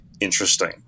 interesting